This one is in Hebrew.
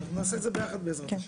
אנחנו נעשה את זה ביחד בעזרת השם,